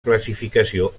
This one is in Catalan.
classificació